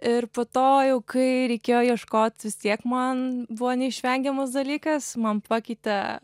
ir po to jau kai reikėjo ieškot vis tiek man buvo neišvengiamas dalykas man pakeitė